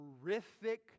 horrific